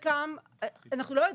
אנחנו לא יודעים,